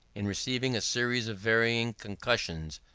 in receiving a series of varying concussions,